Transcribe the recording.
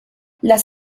las